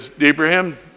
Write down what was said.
Abraham